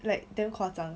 like damn 夸张